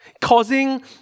Causing